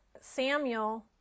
Samuel